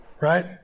Right